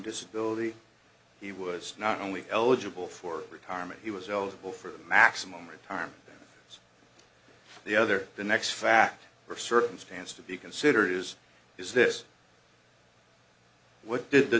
disability he was not only eligible for retirement he was eligible for a maximum retirement the other the next fact or circumstance to be considered is is this what did the